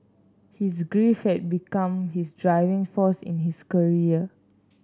his grief had become his driving force in his career